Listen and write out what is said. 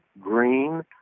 green